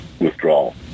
withdrawal